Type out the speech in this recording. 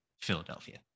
Philadelphia